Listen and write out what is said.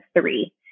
three